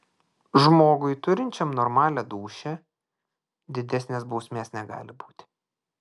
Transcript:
žmogui turinčiam normalią dūšią didesnės bausmės negali būti